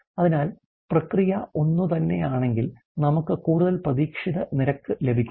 അതിനാൽ പ്രക്രിയ ഒന്നുതന്നെയാണെങ്കിൽ നമുക്ക് കൂടുതൽ പ്രതീക്ഷിത നിരക്ക് ലഭിക്കും